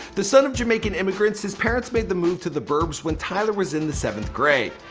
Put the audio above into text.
the son of jamican immigrants his parents made the move to the burbs when tyler was in the second grade.